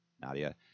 Nadia